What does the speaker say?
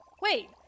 Wait